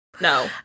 No